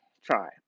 try